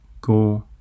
go